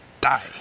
Die